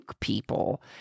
people